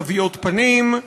תווי פנים,